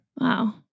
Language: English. Wow